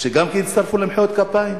שגם כן יצטרפו למחיאות כפיים?